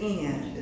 end